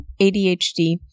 adhd